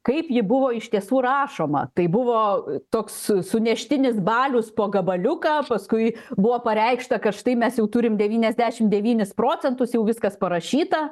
kaip ji buvo iš tiesų rašoma tai buvo toks suneštinis balius po gabaliuką paskui buvo pareikšta kad štai mes jau turim devyniasdešim devynis procentus jau viskas parašyta